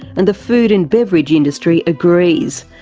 and the food and beverage industry agrees.